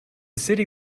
city